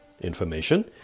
information